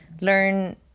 Learn